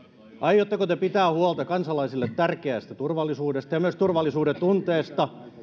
aiotteko te pitää huolta kansalaisille tärkeästä turvallisuudesta ja myös turvallisuudentunteesta